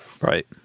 Right